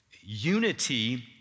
Unity